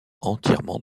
entièrement